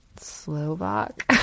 Slovak